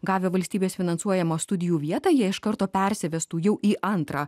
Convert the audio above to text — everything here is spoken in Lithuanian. gavę valstybės finansuojamą studijų vietą jie iš karto persivestų jau į antrą